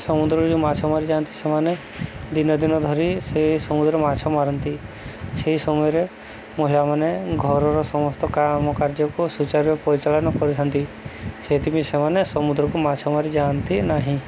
ସମୁଦ୍ରରେ ଯେଉଁ ମାଛ ମାରିଯାଆନ୍ତି ସେମାନେ ଦିନ ଦିନ ଧରି ସେଇ ସମୁଦ୍ରରେ ମାଛ ମାରନ୍ତି ସେହି ସମୟରେ ମହିଳାମାନେ ଘରର ସମସ୍ତ କାମ କାର୍ଯ୍ୟକୁ ସୁଚାରୁରୂପେ ପରିଚାଳନା କରିଥାନ୍ତି ସେଇଥିପାଇଁ ସେମାନେ ସମୁଦ୍ରକୁ ମାଛ ମାରିଯାଆନ୍ତି ନାହିଁ